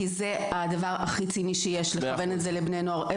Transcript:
כי זה הדבר הכי ציני שיש לכוון את זה לבני נוער.